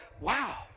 wow